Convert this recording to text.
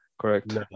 correct